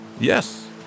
Yes